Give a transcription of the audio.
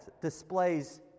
displays